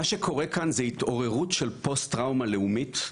מה שקורה כאן זה התעוררות של פוסט-טראומה לאומית.